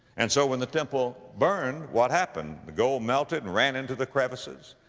and so when the temple burned, what happened? the gold melted and ran into the crevices.